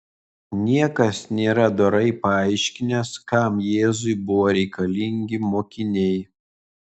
niekas nėra dorai paaiškinęs kam jėzui buvo reikalingi mokiniai